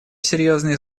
серьезные